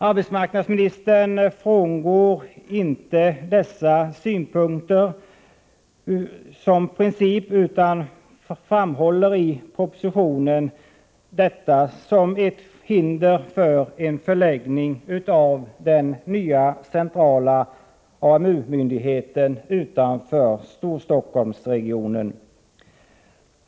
Arbetsmarknadsministern frångår inte denna princip, utan framhåller i propositionen detta som ett hinder för en förläggning av den nya centrala AMU-myndigheten utanför Storstockholmsregionen.